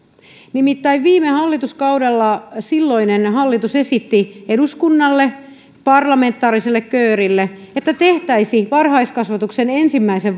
nimittäin viime hallituskaudella silloinen hallitus esitti eduskunnalle parlamentaariselle köörille että tehtäisiin varhaiskasvatuksen ensimmäisen